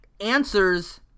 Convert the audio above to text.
answers